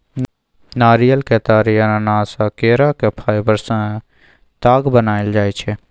नारियर, केतारी, अनानास आ केराक फाइबर सँ ताग बनाएल जाइ छै